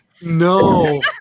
No